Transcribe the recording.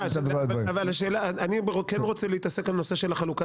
אני כן רוצה להתעסק בנושא של חלוקת